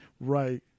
right